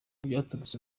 byaturutse